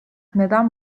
neden